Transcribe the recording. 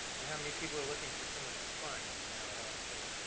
and how many people are looking for someone who's fun. here, i'll, i'll show you